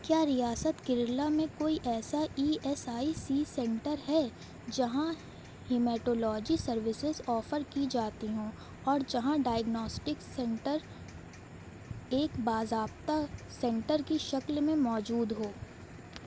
کیا ریاست کیرلا میں کوئی ایسا E S I C centre ہے جہاں ہیماٹولوجی سروسز آفر کی جاتی ہوں اور جہاں ڈائیگناسٹک سینٹر ایک باضابطہ سینٹر کی شکل میں موجود ہو